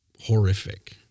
horrific